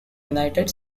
united